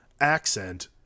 accent